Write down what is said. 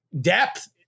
depth